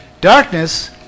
Darkness